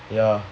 ya